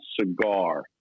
cigar